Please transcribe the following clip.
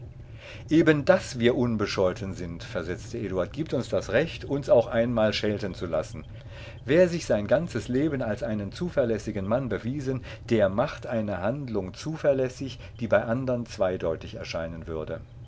eben daß wir unbescholten sind versetzte eduard gibt uns das recht uns auch einmal schelten zu lassen wer sich sein ganzes leben als einen zuverlässigen mann bewiesen der macht eine handlung zuverlässig die bei andern zweideutig erscheinen würde